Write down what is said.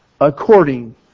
According